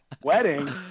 wedding